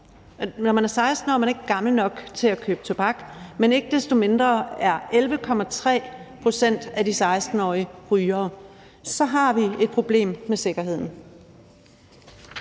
Når man er 16 år, er man ikke gammel nok til at købe tobak, men ikke desto mindre er 11,3 pct. af de 16-årige rygere. Så har vi et problem med sikkerheden.